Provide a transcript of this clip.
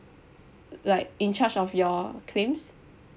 like in charge of your claims